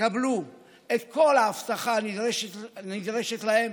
יקבלו את כל האבטחה הנדרשת להם